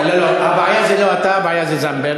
לא, הבעיה זה לא אתה, הבעיה זה זנדברג.